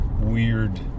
weird